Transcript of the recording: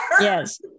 Yes